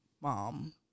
mom